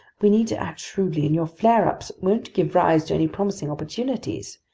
we need to act shrewdly, and your flare-ups won't give rise to any promising opportunities.